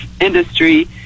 industry